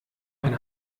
ein